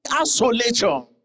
isolation